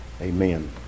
Amen